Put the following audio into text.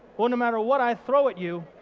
well no matter what i throw at you,